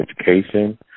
education